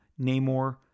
Namor